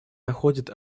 находит